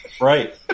Right